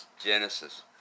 Genesis